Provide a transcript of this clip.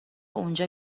اونجا